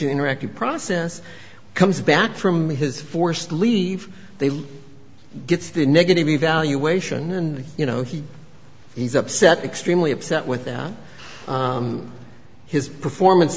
interactive process comes back from his forced leave they gets the negative evaluation and you know he he's upset externally upset with that his performance